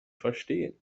verstehen